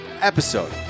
episode